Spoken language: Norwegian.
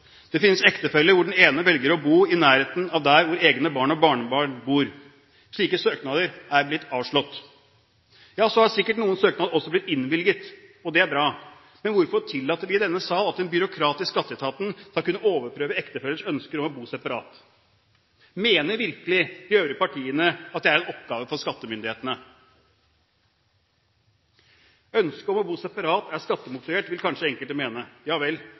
Det finnes ektefeller hvor den ene velger å bo i nærheten av der hvor egne barn og barnebarn bor. Slike søknader er blitt avslått. Så har sikkert noen søknader også blitt innvilget, og det er bra, men hvorfor tillater vi i denne sal at en byråkrat i skatteetaten skal kunne overprøve ektefellers ønske om å bo separat? Mener virkelig de øvrige partiene at det er en oppgave for skattemyndighetene? Ønsket om å bo separat er skattemotivert, vil kanskje enkelte mene, ja vel,